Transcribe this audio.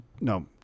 No